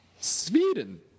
Sweden